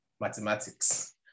mathematics